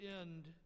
end